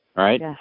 Right